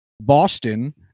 Boston